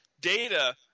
Data